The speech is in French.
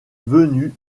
venus